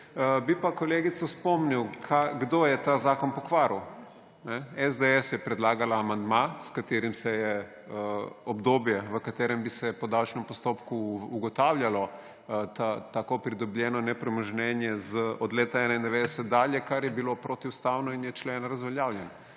Bi pa kolegico spomnil, kdo je ta zakon pokvaril. SDS je predlagala amandma, s katerim se je obdobje, v katerem bi se po davčnem postopku ugotavljalo tako pridobljeno premoženje od leta 1991 dalje, kar je bilo protiustavno in je člen razveljavljen,